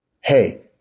hey